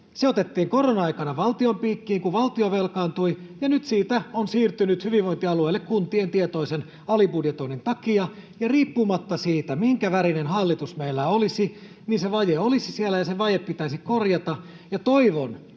Se otettiin korona-aikana valtion piikkiin, kun valtio velkaantui. Nyt sitä on siirtynyt hyvinvointialueille kuntien tietoisen alibudjetoinnin takia, ja riippumatta siitä, minkä värinen hallitus meillä olisi, se vaje olisi siellä ja se vaje pitäisi korjata.